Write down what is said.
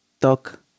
talk